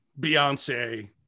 Beyonce